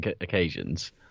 occasions